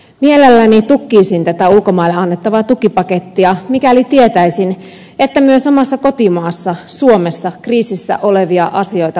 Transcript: mielelläni tukisin tätä ulkomaille annettavaa tukipakettia mikäli tietäisin että myös omassa kotimaassa suomessa kriisissä olevia asioita laitettaisiin kuntoon